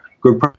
good